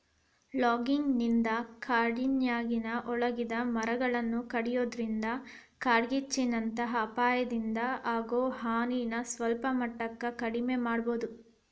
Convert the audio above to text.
logging ನಿಂದ ಕಾಡಿನ್ಯಾಗಿನ ಒಣಗಿದ ಮರಗಳನ್ನ ಕಡಿಯೋದ್ರಿಂದ ಕಾಡ್ಗಿಚ್ಚಿನಂತ ಅಪಾಯದಿಂದ ಆಗೋ ಹಾನಿನ ಸಲ್ಪಮಟ್ಟಕ್ಕ ಕಡಿಮಿ ಮಾಡಬೋದು